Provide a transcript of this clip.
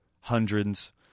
hundreds